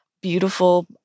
beautiful